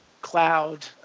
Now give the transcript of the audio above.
cloud